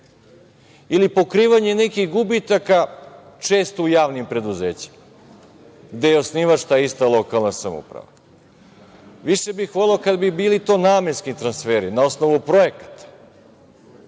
ili pokrivanje nekih gubitaka često u javnim preduzećima, gde je osnivač ta ista lokalna samouprava. Više bih boleo kada bi to bili namenski transferi na osnovu projekata,